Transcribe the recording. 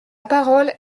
parole